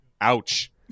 ouch